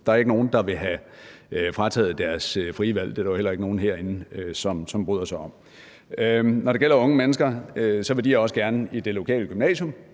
Der er ikke nogen, der vil have frataget deres frie valg. Det er der jo heller ikke nogen herinde som bryder sig om. Når det gælder unge mennesker, vil de også gerne i det lokale gymnasium